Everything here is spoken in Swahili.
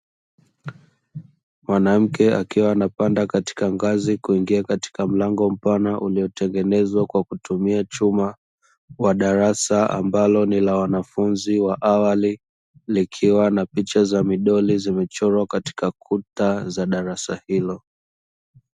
Mwanamke akiwa anapanda katika ngazi kuingia katika mlango mpana uliotengenezwa kwa kutumia chuma, wa darasa ambalo ni la wanafunzi wa awali, likiwa na picha za midoli zimechorwa katika kuta za darasa hilo.